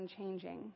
unchanging